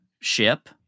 ship